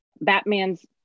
batman's